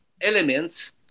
elements